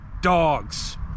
dogs